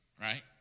right